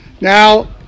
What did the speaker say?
Now